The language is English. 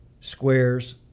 squares